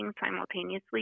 simultaneously